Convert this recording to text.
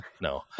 No